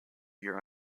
year